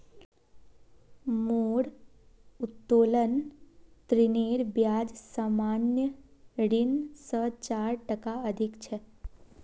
मोर उत्तोलन ऋनेर ब्याज सामान्य ऋण स चार टका अधिक छ